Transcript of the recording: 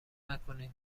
نکنین